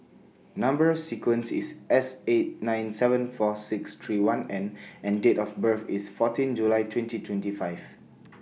Number sequence IS S eight nine seven four six three one N and Date of birth IS fourteen July twenty twenty five